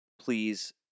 please